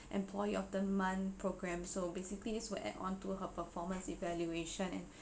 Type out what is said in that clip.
employee of the month programme so basically this will add on to her performance evaluation